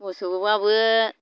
मोसौब्लाबो